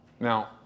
Now